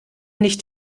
nicht